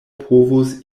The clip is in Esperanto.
povus